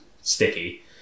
sticky